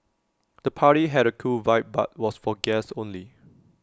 the party had A cool vibe but was for guests only